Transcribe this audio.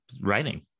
writing